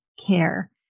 care